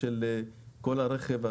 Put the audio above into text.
כל החלק של הרכב,